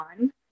on